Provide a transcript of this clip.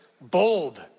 bold